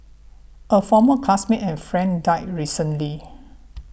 a former classmate and friend died recently